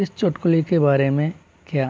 इस चुटकुले के बारे में क्या